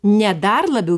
ne dar labiau